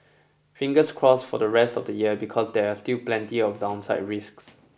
fingers crossed for the rest of the year because there are still plenty of downside risks